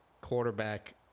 quarterback